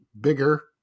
bigger